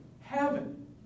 heaven